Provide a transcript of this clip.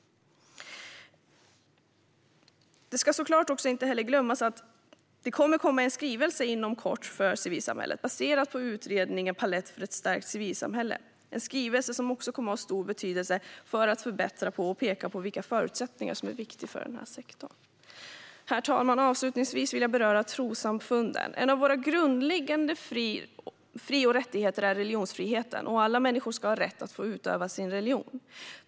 Det ska såklart inte heller glömmas att det inom kort kommer en skrivelse för civilsamhället, baserad på utredningsbetänkandet Palett för ett stärkt civilsamhälle , en skrivelse som också kommer att ha stor betydelse för att förbättra och peka på vilka förutsättningar som är viktiga för den här sektorn. Herr talman! Avslutningsvis vill jag beröra trossamfunden. En av våra grundläggande fri och rättigheter är religionsfriheten, och alla människor ska ha rätt att få utöva sin religion.